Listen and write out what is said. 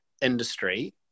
industry